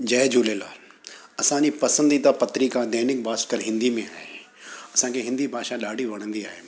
जय झूलेलाल असांजी पसंदीदा पत्रिका दैनिक भास्कर हिंदी में आहे असांखे हिंदी भाषा ॾाढी वणंदी आहे